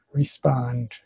respond